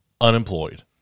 Unemployed